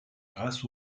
grâce